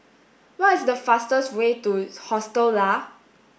what is the fastest way to Hostel Lah